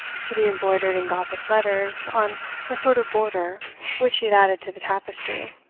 to be embroidered in gothic letters, on a sort of border which he had added to the tapestry